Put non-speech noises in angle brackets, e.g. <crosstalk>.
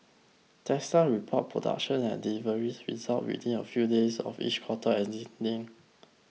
Tesla reports production and deliveries results within a few days of each quarter <unintelligible>